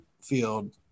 field